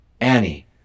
Annie